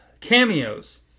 cameos